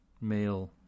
male